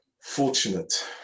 fortunate